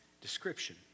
description